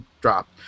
dropped